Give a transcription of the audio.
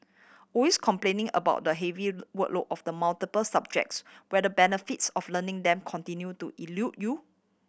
always complaining about the heavy workload of the multiple subjects where the benefits of learning them continue to elude you